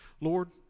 Lord